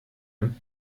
und